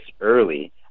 early